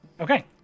Okay